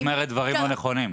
את אומרת דברים לא נכונים.